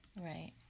Right